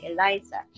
Eliza